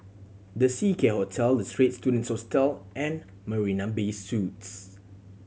The Seacare Hotel The Straits Students Hostel and Marina Bay Suites